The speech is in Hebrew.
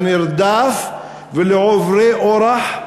לנרדף ולעוברי אורח בדרך.